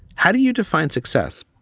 how do you define success?